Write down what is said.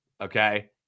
okay